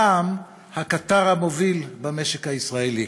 פעם הקטר המוביל במשק הישראלי.